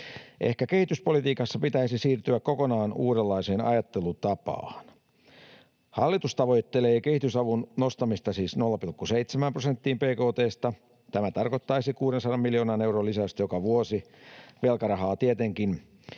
Ehkä kehityspolitiikassa pitäisi siirtyä kokonaan uudenlaiseen ajattelutapaan. Hallitus siis tavoittelee kehitysavun nostamista 0,7 prosenttiin bkt:stä. Tämä tarkoittaisi 600 miljoonan euron lisäystä joka vuosi — velkarahalla tietenkin.